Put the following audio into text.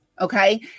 Okay